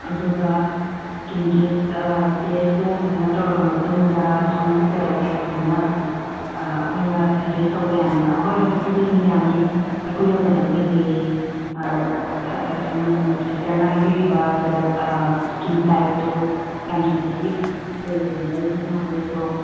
ꯑꯗꯨꯒ ꯏꯁꯀꯤꯟ ꯑꯥ ꯇꯦꯁꯇꯨ ꯐꯖꯅ ꯇꯧꯔꯕ ꯃꯇꯨꯡꯗ ꯁꯣꯝꯒꯤ ꯄ꯭ꯔꯗꯛꯁꯦ ꯐꯖꯅ ꯑꯥ ꯑꯩꯈꯣꯏꯅ ꯁꯖꯦꯁ ꯇꯧꯕ ꯌꯥꯅꯤꯕ ꯍꯣꯏ ꯍꯧꯖꯤꯛꯄꯨꯗꯤ ꯑꯗꯨꯃ ꯌꯥꯅꯤ ꯑꯩꯈꯣꯏꯗ ꯄ꯭ꯔꯗꯛ ꯂꯩꯖꯩꯌꯦ ꯑꯥ ꯑꯥ ꯁꯣꯝ ꯁꯤꯁꯇꯔꯅ ꯍꯥꯏꯕꯤꯔꯤꯕ ꯄ꯭ꯔꯗꯛ ꯑꯥ ꯏꯁꯀꯤꯟ ꯇꯥꯏꯞꯇꯣ ꯌꯥꯝ ꯁꯦꯟꯁꯤꯇꯤꯕ ꯑꯣꯏꯔꯝꯗꯧꯗꯤ ꯃꯥꯜꯂꯦ ꯑꯗꯣ